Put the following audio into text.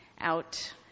out